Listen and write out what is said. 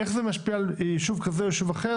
איך זה משפיע על יישוב כזה או אחר,